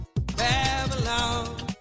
Babylon